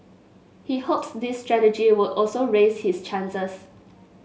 he hopes this strategy would also raise his chances